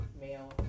male